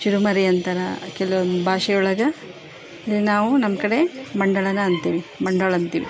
ಚುರುಮರಿ ಅಂತಾರೆ ಕೆಲ್ವೊಂದು ಭಾಷೆ ಒಳಗೆ ಅಂದರೆ ನಾವು ನಮ್ಮ ಕಡೆ ಮಂಡಾಳನ ಅಂತೀವಿ ಮಂಡಾಳು ಅಂತೀವಿ